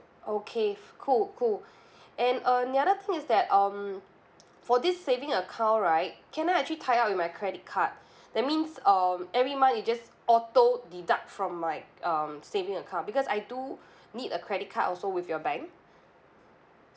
okay cool cool and another thing is that um for this saving account right can I actually tied up with my credit card that means um every month you just auto deduct from my um saving account because I do need a credit card also with your bank